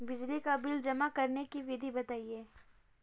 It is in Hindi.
बिजली का बिल जमा करने की विधि बताइए?